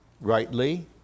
rightly